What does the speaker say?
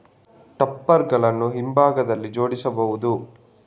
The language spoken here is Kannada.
ಟಾಪ್ಪರ್ ಗಳನ್ನು ಹಿಂಭಾಗದಲ್ಲಿ ಜೋಡಿಸಬಹುದು